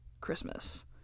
Christmas